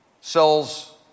sells